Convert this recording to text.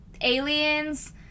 aliens